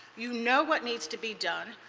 you know what needs to be done.